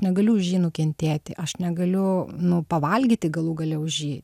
negaliu už jį nukentėti aš negaliu nu pavalgyti galų gale už jį